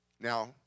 Now